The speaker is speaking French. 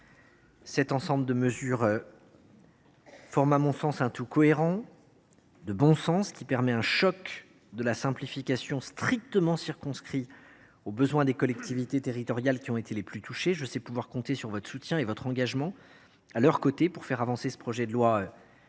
Cet ensemble de mesures forme à mon sens un tout cohérent et de bon sens, permettant un choc de simplification strictement circonscrit aux besoins des collectivités territoriales les plus touchées. Je sais pouvoir compter sur votre soutien et votre engagement à leurs côtés pour faire avancer ce projet de loi